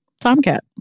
Tomcat